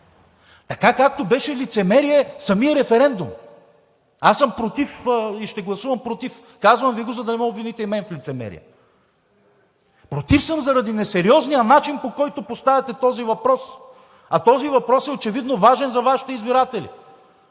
Така, както беше лицемерие самия референдум. Аз съм против и ще гласувам против, казвам Ви го, за да не ме обвините и мен в лицемерие. Против съм заради несериозния начин, по който поставяте този въпрос, а този въпрос е очевидно важен за Вашите избиратели.